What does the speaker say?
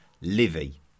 Livy